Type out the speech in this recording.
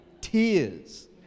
tears